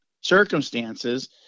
circumstances